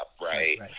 right